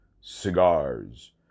cigars